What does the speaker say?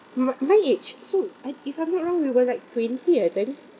my my age so I if I'm not wrong we were like twenty I think